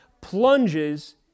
plunges